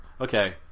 Okay